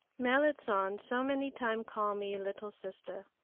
merrit san so many time call me little sister,